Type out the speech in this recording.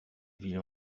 ville